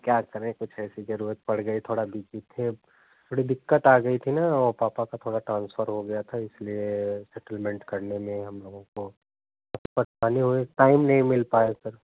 क्या करें कुछ ऐसी जरूरत पड़ गई थोड़ा बिजी थे थोड़ी दिक्कत आ गई थी ना वो पापा का थोड़ा ट्रांसफर हो गया था इसलिए सेटलमेंट करने में हम लोगों को परेशानी हुई टाइम नहीं मिल पाया सर